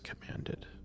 commanded